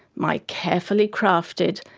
my carefully crafted,